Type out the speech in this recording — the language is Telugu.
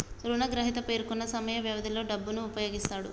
రుణగ్రహీత పేర్కొన్న సమయ వ్యవధిలో డబ్బును ఉపయోగిస్తాడు